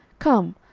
come,